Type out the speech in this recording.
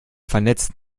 vernetzt